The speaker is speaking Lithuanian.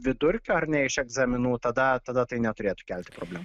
vidurkio ar ne iš egzaminų tada tada tai neturėtų kelti problemų